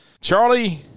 Charlie